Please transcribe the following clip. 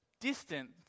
distant